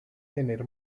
tener